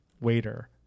waiter